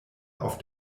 auf